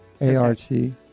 A-R-T